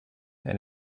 and